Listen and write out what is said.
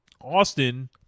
Austin